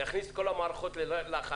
להכניס את כל המערכות ללחץ,